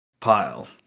pile